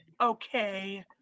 Okay